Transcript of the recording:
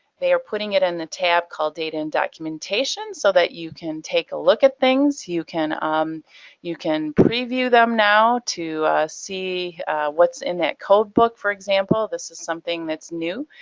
they are putting it in the tab called data and documentation so that you can take a look at things, you can um you can preview them now to see what's in that codebook, for example. this is something that's new,